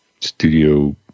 Studio